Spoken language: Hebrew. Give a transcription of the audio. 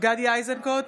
גדי איזנקוט,